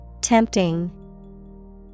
Tempting